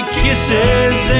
kisses